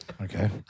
Okay